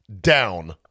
down